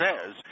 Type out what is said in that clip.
says